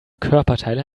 körperteile